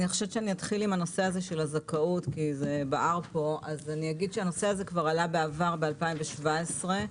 לגבי הזכאות, הנושא עלה כבר בעבר ב-2017.